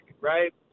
right